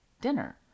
dinner